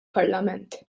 parlament